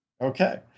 Okay